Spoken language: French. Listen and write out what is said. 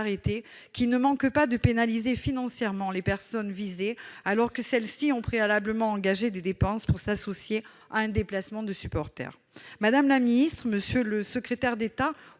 qui ne manque pas de pénaliser financièrement les personnes visées, alors que celles-ci ont préalablement engagé des dépenses pour s'associer à un déplacement de supporters. Madame la ministre, M. le secrétaire d'État